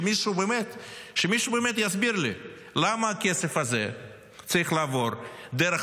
שמישהו באמת יסביר לי למה הכסף הזה צריך לעבור דרך